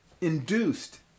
induced